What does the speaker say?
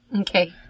Okay